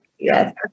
Yes